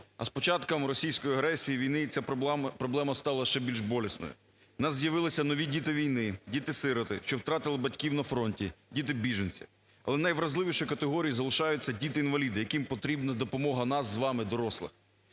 а з початком російської агресії і війни ця проблема стала ще більш болісною у нас з'явилися нові діти війни, діти-сироти, що втратили батьків на фронті, діти-біженці. Але найуразливішою категорією залишаються діти-інваліди, яким потрібна допомога нас з вами дорослих.